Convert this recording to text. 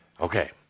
Okay